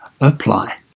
apply